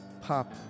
pop